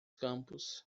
campos